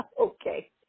Okay